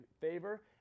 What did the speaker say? favor